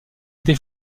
été